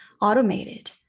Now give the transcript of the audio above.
automated